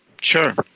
Sure